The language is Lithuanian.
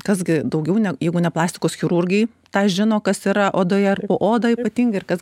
kas gi daugiau ne jeigu ne plastikos chirurgai tą žino kas yra odoje o oda ypatingai ir kad